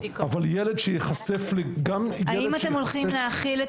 אבל גם ילד שייחשף -- האם אתם הולכים להחיל את